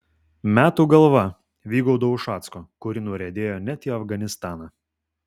metų galva vygaudo ušacko kuri nuriedėjo net į afganistaną